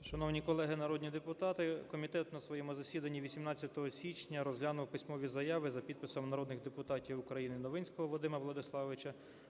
П.В. Шановні колеги народні депутати, комітет на своєму засіданні 18 січня розглянув письмові заяви за підписом народних депутатів України Новинського Вадима Владиславовича,